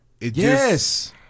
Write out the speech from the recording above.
Yes